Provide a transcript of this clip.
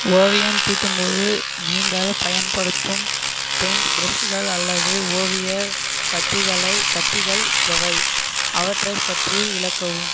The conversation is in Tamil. ஓவியம் தீட்டும்போது நீங்கள் பயன்படுத்தும் பெயிண்ட் ப்ரெஷுகள் அல்லது ஓவிய கத்திகளை கத்திகள் எவை அவற்றை பற்றி விளக்கவும்